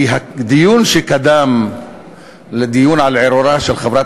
כי הדיון שקדם לדיון על ערעורה של חברת